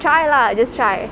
try lah just try